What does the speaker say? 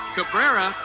Cabrera